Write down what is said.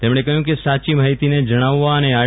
તેમણે કહ્યુ કે સાચી માહિતીને જણાવવા અને આર